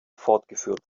fortgeführt